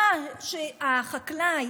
אותו סטנדרט שהחקלאי